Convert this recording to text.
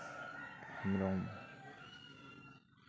Hembrom